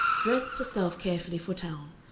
dressed herself carefully for town,